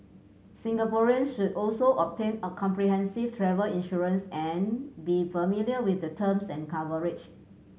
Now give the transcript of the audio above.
Singaporeans should also obtain a comprehensive travel insurance and be familiar with the terms and coverage